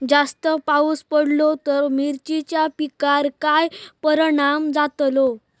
जास्त पाऊस पडलो तर मिरचीच्या पिकार काय परणाम जतालो?